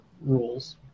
rules